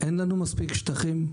אין לנו מספיק שטחים,